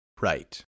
right